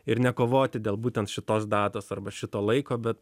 ir nekovoti dėl būtent šitos datos arba šito laiko bet